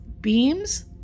beams